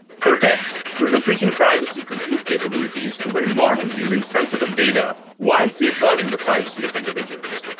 protect through differential privacy compute capabilities to build models using sensitive data while safeguarding the privacy of individuals.